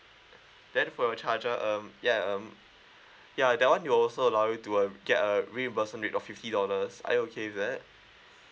then for your charger um yeah um yeah that one will also allow you to uh get uh reimbursement rate of fifty dollars are you okay with that